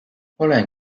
olen